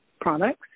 products